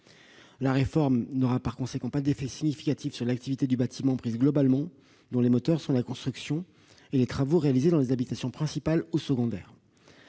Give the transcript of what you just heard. La réforme n'aura par conséquent pas d'effet significatif sur l'activité du bâtiment considérée globalement, dont les moteurs sont la construction et les travaux réalisés dans les habitations principales ou secondaires.